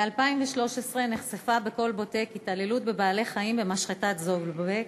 ב-2013 נחשפה ב"כלבוטק" התעללות בבעלי-חיים במשחטת "זוגלובק".